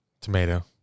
Tomato